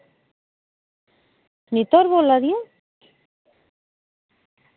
सुनीता होर बोला दियां